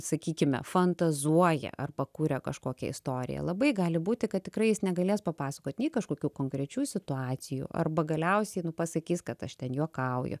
sakykime fantazuoja arba kuria kažkokią istoriją labai gali būti kad tikrai jis negalės papasakot nei kažkokių konkrečių situacijų arba galiausiai nu pasakys kad aš ten juokauju